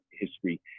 history